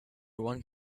one